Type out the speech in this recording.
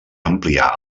ampliar